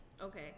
okay